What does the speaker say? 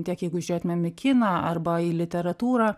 tiek jeigu žiūrėtumėm į kiną arba į literatūrą